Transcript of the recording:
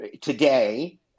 today